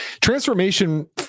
transformation